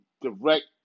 direct